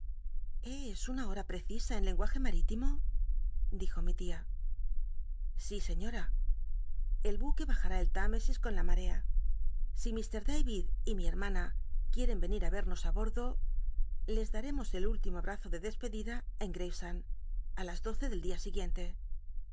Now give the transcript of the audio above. e urw hora precisa en lenguaje marilinw'l lijo mi tia si ciiora el buque haj u i l'i t inrcsis con la marca i ir d wicl y mi hermana quieren enir i crnos ü bordo les d wcmos el úllimo abrazo de despcclilla en grmcsend i las lorc del clia siguiente